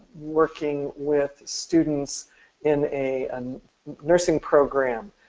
working with students in a and nursing program